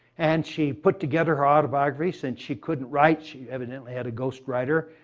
and she put together her autobiography. since she couldn't write, she evidently had a ghost writer.